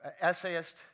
essayist